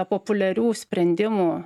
populiarių sprendimų